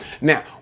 Now